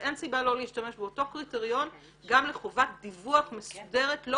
ואין סיבה לא להשתמש באותו קריטריון גם לחובת דיווח מסודרת לא